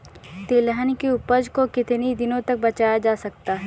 तिलहन की उपज को कितनी दिनों तक बचाया जा सकता है?